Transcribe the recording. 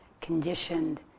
conditioned